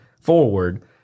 forward